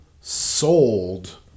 sold